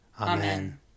Amen